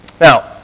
Now